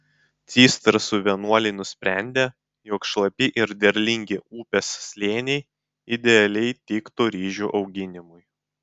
cistersų vienuoliai nusprendė jog šlapi ir derlingi upės slėniai idealiai tiktų ryžių auginimui